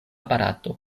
barato